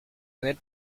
n’êtes